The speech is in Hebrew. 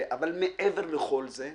אבל מעבר לכל זה,